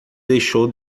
deixou